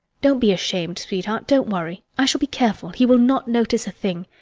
don't be ashamed, sweetheart, don't worry. i shall be careful he will not notice a thing.